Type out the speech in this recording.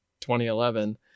2011